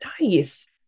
nice